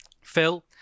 Phil